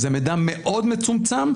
זה מידע מאוד מצומצם,